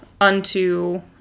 unto